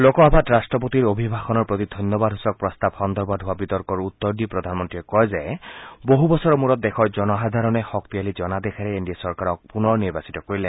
লোকসভাত ৰাট্টপতিৰ অভিভাষণৰ প্ৰতি ধন্যবাদ সূচক প্ৰস্তাৱ সন্দৰ্ভত হোৱা বিতৰ্কৰ উত্তৰ দি প্ৰধানমন্ত্ৰীয়ে কয় যে বছ বছৰৰ মূৰত দেশৰ জনসাধাৰণে শক্তিশালী জনাদেশেৰে এন ডি এ চৰকাৰক পুনৰ নিৰ্বাচিত কৰিলে